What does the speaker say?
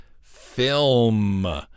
film